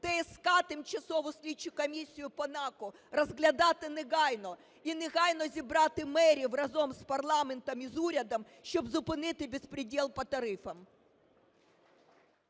ТСК (Тимчасову слідчу комісію по НАК) розглядати негайно. І негайно зібрати мерів разом з парламентом і з урядом, щоб зупинити безпрєдєл по тарифам.